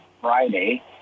Friday